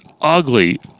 ugly